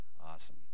Awesome